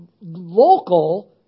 local